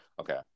okay